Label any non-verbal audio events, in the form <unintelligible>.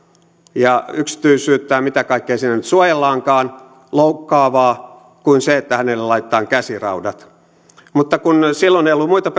ja yksityisyyttään mitä kaikkea siinä nyt suojellaankaan loukkaavaa kuin se että hänelle laitetaan käsiraudat mutta kun silloin ei ollut muita <unintelligible>